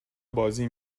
بازی